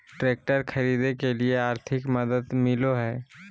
Tractor खरीदे के लिए आर्थिक मदद मिलो है?